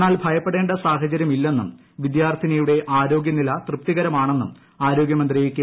എന്നാൽ ഭയപ്പെടേണ്ട സാഹചരൃമില്ലെന്നും വിദ്യാർത്ഥിനിയുടെ ആരോഗൃ നില തൃപ്തികരമാ ണെന്നും ആരോഗൃ മന്ത്രി ക്കെ